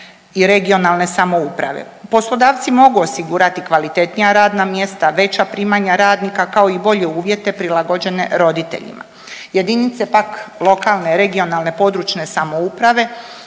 i regionalne samouprave. Poslodavci mogu osigurati kvalitetnija radna mjesta, veća primanja radnika, kao i bolje uvjete prilagođene roditeljima. Jedinice pak lokalne regionalne područne samouprave